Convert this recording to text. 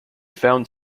found